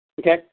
Okay